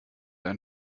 ein